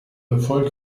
erfolg